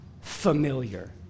familiar